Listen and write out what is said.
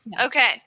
okay